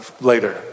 later